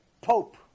pope